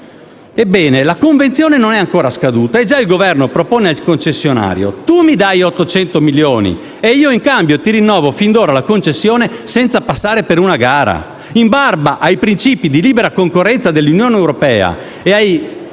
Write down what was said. Ebbene, la convenzione non è ancora scaduta, che già il Governo fa la seguente proposta al concessionario: tu mi dai 800 milioni e io, in cambio, ti rinnovo fin d'ora la concessione, senza passare per una gara.